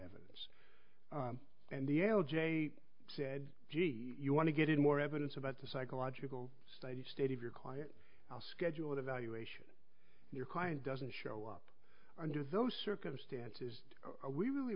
evidence and the alj a said gee you want to get in more evidence about the psychological state the state of your client how scheduled evaluation your client doesn't show up under those circumstances are we really